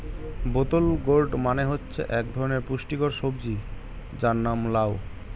বোতল গোর্ড মানে হচ্ছে এক ধরনের পুষ্টিকর সবজি যার নাম লাউ